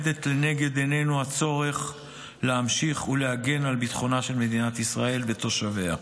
לנגד עינינו עומד הצורך להמשיך להגן על ביטחונה של מדינת ישראל ותושביה.